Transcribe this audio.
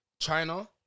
china